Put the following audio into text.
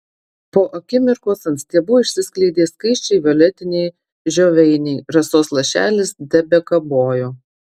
po akimirkos ant stiebų išsiskleidė skaisčiai violetiniai žioveiniai rasos lašelis tebekabojo